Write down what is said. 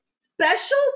special